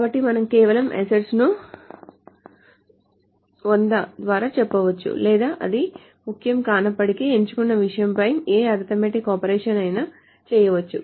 కాబట్టి మనం కేవలం అసెట్స్ ను 100 ద్వారా చెప్పవచ్చు లేదా అది ముఖ్యం కానప్పటికీ ఎంచుకున్న విషయంపై ఏ అరిథిమాటిక్ ఆపరేషన్ అయినా చేయవచ్చు